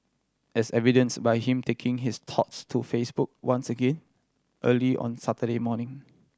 as evidenced by him taking his thoughts to Facebook once again early on Saturday morning